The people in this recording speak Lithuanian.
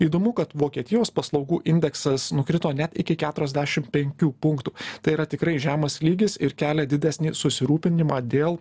įdomu kad vokietijos paslaugų indeksas nukrito net iki keturiasdešim penkių punktų tai yra tikrai žemas lygis ir kelia didesnį susirūpinimą dėl